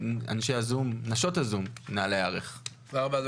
תודה רבה,